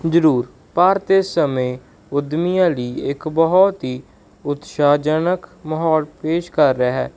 ਜ਼ਰੂਰ ਭਾਰਤ ਦੇ ਸਮੇਂ ਉਦਮੀ ਅਲੀ ਇੱਕ ਬਹੁਤ ਹੀ ਉਤਸ਼ਾਹਜਨਕ ਮਾਹੌਲ ਪੇਸ਼ ਕਰ ਰਿਹਾ ਹੈ